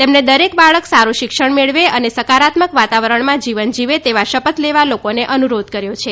તેમને દરેક બાળક સારૂ શિક્ષણ મેળવે અને સકારાત્મક વાતાવરણમાં જીવન જીવવે તેવા શપથ લેવા લોકોને અનુરોધન કર્યો છે